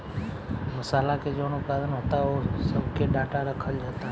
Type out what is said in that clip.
मासाला के जवन उत्पादन होता ओह सब के डाटा रखल जाता